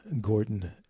Gordon